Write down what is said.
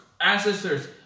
ancestors